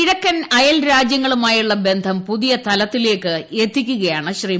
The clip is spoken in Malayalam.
കിഴക്കൻ അയൽ രാജ്യങ്ങളുമായുള്ള ബന്ധം പുതിയ തലത്തിലേക്ക് എത്തിക്കുകയാണ് ശ്രീ